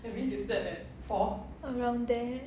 around there